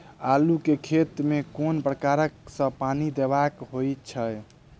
आलु केँ खेत मे केँ प्रकार सँ पानि देबाक नीक होइ छै?